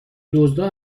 دزدا